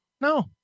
No